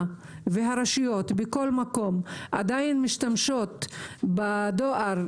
והרשויות בכל מקום עדין משתמשות בדואר,